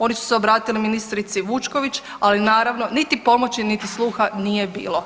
Oni su se obratili ministrici Vučković, ali naravno niti pomoći, niti sluha nije bilo.